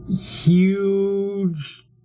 huge